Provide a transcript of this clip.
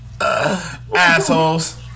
Assholes